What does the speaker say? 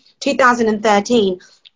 2013